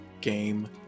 game